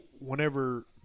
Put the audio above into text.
whenever